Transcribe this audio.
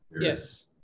Yes